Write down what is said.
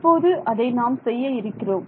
இப்போது அதை நாம் செய்ய இருக்கிறோம்